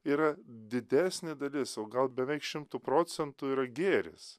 yra didesnė dalis o gal beveik šimtu procentų yra gėris